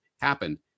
happen